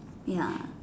ya